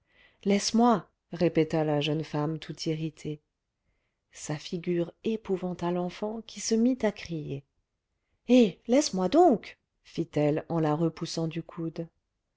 laisse-moi répéta la jeune femme tout irritée sa figure épouvanta l'enfant qui se mit à crier eh laisse-moi donc fit-elle en la repoussant du coude